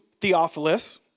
Theophilus